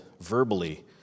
verbally